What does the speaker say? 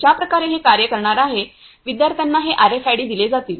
ज्या प्रकारे हे कार्य करणार आहे विद्यार्थ्यांना हे आरएफआयडी दिले जातील